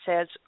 says